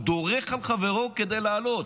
הוא דורך על חברו כדי לעלות,